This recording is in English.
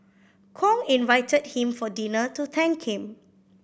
Kong invited him for dinner to thank him